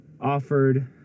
offered